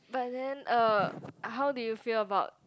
but then uh how do you feel about